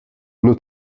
nur